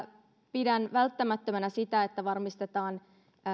pidän välttämättömänä sitä että varmistetaan